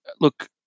look